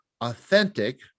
authentic